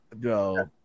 No